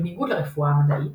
בניגוד לרפואה המדעית,